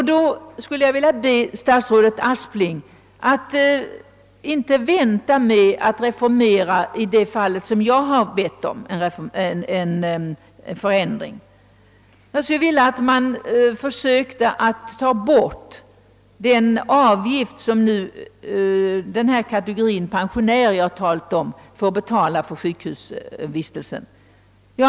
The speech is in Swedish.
Jag skulle vilja be statsrådet Aspling att inte vänta med att reformera i det fall där jag har bett om en förändring utan snarast försöka ta bort den avgift som denna kategori pensionärer nu får erlägga för sjukhusvistelse.